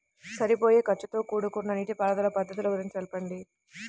సరిపోయే ఖర్చుతో కూడుకున్న నీటిపారుదల పద్ధతుల గురించి చెప్పండి?